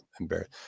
embarrassed